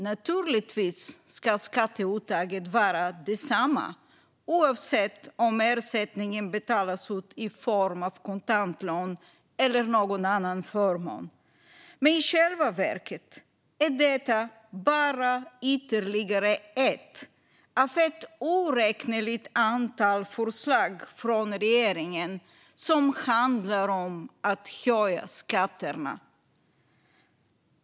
Naturligtvis ska skatteuttaget vara detsamma oavsett om ersättningen betalas ut i form av kontantlön eller någon annan förmån. Men i själva verket är detta bara ytterligare ett av ett oräkneligt antal förslag från regeringen som handlar om att höja skatterna.